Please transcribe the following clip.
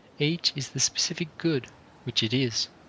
each is the specific good which it is,